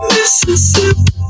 Mississippi